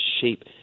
shape